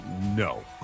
No